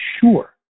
sure